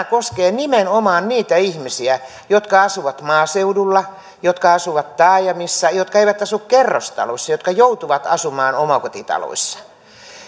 koskee nimenomaan niitä ihmisiä jotka asuvat maaseudulla jotka asuvat taajamissa jotka eivät asu kerrostalossa jotka joutuvat asumaan omakotitaloissa